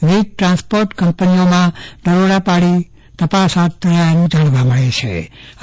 વિવિધ ટ્રાન્સપોર્ટ કંપનીઅમાં દરોડા પાડી તપાસ હાથ ધરાયાનું જાણવા મળેલછે